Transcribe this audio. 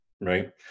Right